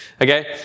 okay